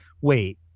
wait